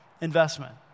investment